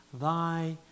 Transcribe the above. thy